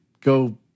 go